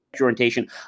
orientation